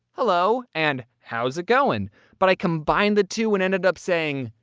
hello, and, how's it going but i combined the two and ended up saying,